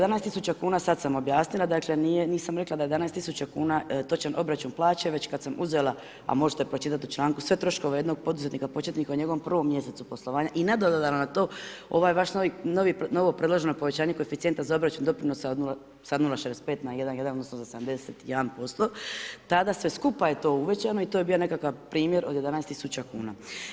11 000 kuna, sad sam objasnila, dakle nisam rekla da je 11 000 kuna točan obračun plaće, već kad sam uzela, a možete pročitat u članku sve troškove jednog poduzetnika početnika u njegovom prvom mjesecu poslovanja i nadodala na to ovaj vaš novo predloženo povećanje koeficijenta za obračun doprinosa od sad 0.65 na 1,1 odnosno za 71%, tada sve skupa je to uvećano i to je bio nekakav primjer od 11 000 kuna.